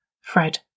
Fred